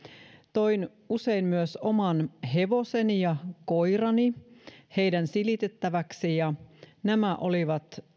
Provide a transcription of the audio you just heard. toin usein myös oman hevoseni ja koirani heidän silitettäväkseen ja nämä olivat